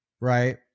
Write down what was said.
right